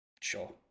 Sure